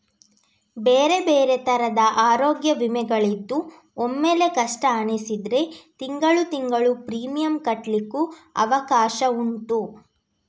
ಬೇರೆ ಬೇರೆ ತರದ ಅರೋಗ್ಯ ವಿಮೆಗಳಿದ್ದು ಒಮ್ಮೆಲೇ ಕಷ್ಟ ಅನಿಸಿದ್ರೆ ತಿಂಗಳು ತಿಂಗಳು ಪ್ರೀಮಿಯಂ ಕಟ್ಲಿಕ್ಕು ಅವಕಾಶ ಉಂಟು